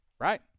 Right